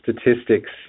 statistics